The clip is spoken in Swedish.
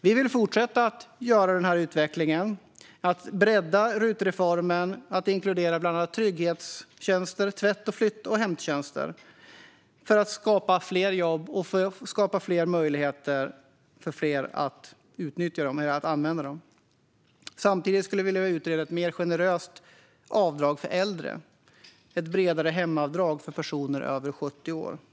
Vi vill fortsätta att bredda RUT-reformen och inkludera bland annat trygghets, tvätt, flytt och hämttjänster för att skapa fler jobb och för att skapa möjligheter för fler att utnyttja dem. Samtidigt skulle vi vilja utreda ett mer generöst avdrag för äldre, ett bredare hemavdrag för personer över 70 år.